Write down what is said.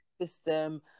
system